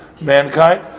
mankind